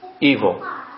evil